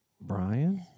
Brian